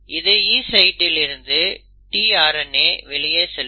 இது E சைட்டில் இருந்து tRNA வெளியே செல்லும்